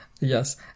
Yes